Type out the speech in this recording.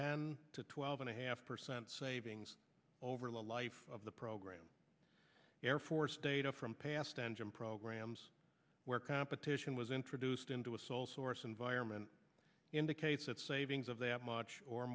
ten to twelve and a half percent savings over the life of the program air force data from past engine programs where competition was introduced into a sole source environment indicates that savings of that much or